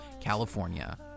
California